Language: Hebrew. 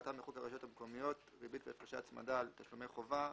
כהגדרתם בחוק הרשויות המקומיות (ריבית והפרשי הצמדה על תשלומי חובה),